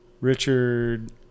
Richard